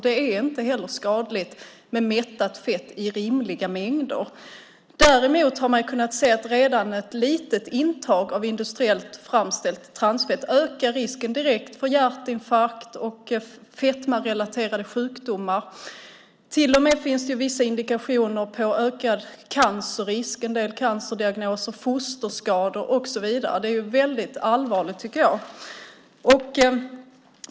Det är inte heller skadligt med mättat fett i rimliga mängder. Däremot har man kunnat se att redan ett litet intag av industriellt framställt transfett direkt ökar risken för hjärtinfarkt och fetmarelaterade sjukdomar. Det finns till och med vissa indikationer om ökad risk för cancer, fosterskador och så vidare. Det är väldigt allvarligt, tycker jag.